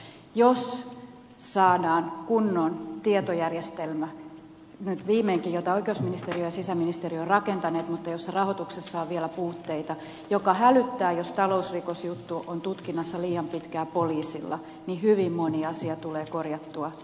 jos saadaan nyt viimeinkin kunnon tietojärjestelmä jota oikeusministeriö ja sisäministeriö ovat rakentaneet mutta jonka rahoituksessa on vielä puutteita ja joka hälyttää jos talousrikosjuttu on tutkinnassa liian pitkään poliisilla niin hyvin moni asia tulee korjattua sen myötä